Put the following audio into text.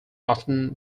often